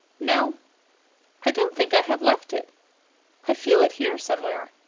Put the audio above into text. no i don't think i have left it i feel it here, somewhere.